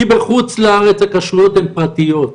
בחוץ לארץ הכשרויות הן פרטיות,